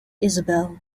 isabelle